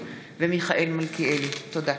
תודה.